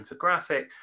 infographic